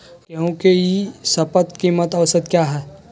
गेंहू के ई शपथ कीमत औसत क्या है?